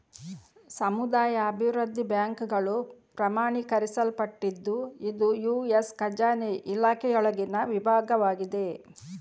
ಸಮುದಾಯ ಅಭಿವೃದ್ಧಿ ಬ್ಯಾಂಕುಗಳು ಪ್ರಮಾಣೀಕರಿಸಲ್ಪಟ್ಟಿದ್ದು ಇದು ಯು.ಎಸ್ ಖಜಾನೆ ಇಲಾಖೆಯೊಳಗಿನ ವಿಭಾಗವಾಗಿದೆ